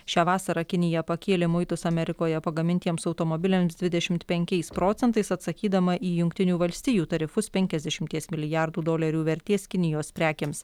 šią vasarą kinija pakėlė muitus amerikoje pagamintiems automobiliams dvidešimt penkiais procentais atsakydama į jungtinių valstijų tarifus penkiasdešimties milijardų dolerių vertės kinijos prekėms